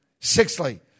Sixthly